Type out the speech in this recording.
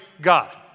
God